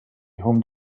whom